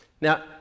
Now